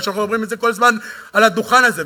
מה שאנחנו אומרים כל הזמן על הדוכן הזה.